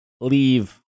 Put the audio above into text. leave